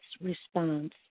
response